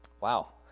Wow